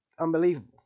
unbelievable